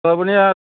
लाबोनाया